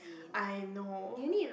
I know